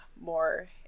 more